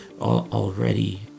already